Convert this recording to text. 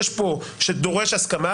יש פה שדורש הסכמה,